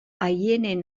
aieneen